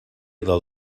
del